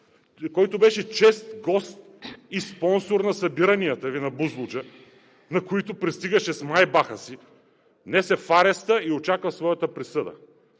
който беше чест гост и спонсор на събиранията Ви на Бузлуджа, на които пристигаше с майбаха си – днес е в ареста и очаква своята присъда.